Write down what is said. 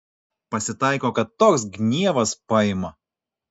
pasitaiko kad toks gnievas paima